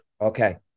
Okay